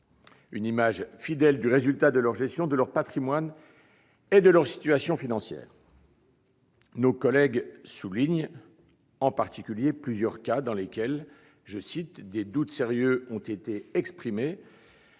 une image fidèle du résultat de leur gestion, de leur patrimoine et de leur situation financière ». Nos collègues soulignent en particulier plusieurs cas dans lesquels des « doutes sérieux » ont été exprimés